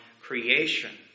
creation